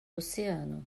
oceano